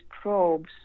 probes